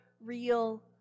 real